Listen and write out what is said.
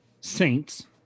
Saints